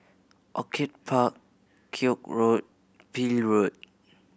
Orchid Park Koek Road Peel Road